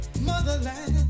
Motherland